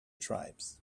tribes